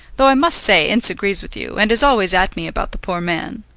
though i must say ince agrees with you, and is always at me about the poor man.